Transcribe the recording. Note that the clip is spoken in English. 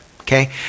okay